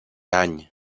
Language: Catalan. any